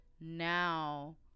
now